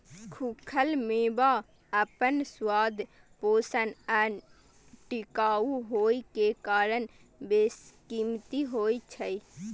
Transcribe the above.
खूखल मेवा अपन स्वाद, पोषण आ टिकाउ होइ के कारण बेशकीमती होइ छै